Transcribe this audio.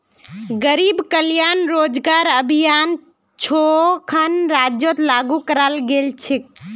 गरीब कल्याण रोजगार अभियान छो खन राज्यत लागू कराल गेल छेक